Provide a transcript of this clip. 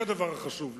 זה הדבר החשוב לי.